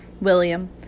William